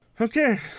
Okay